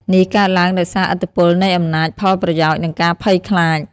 នេះកើតឡើងដោយសារឥទ្ធិពលនៃអំណាច ផលប្រយោជន៍ និងការភ័យខ្លាច។